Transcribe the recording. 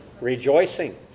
Rejoicing